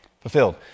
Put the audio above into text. Fulfilled